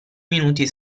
minuti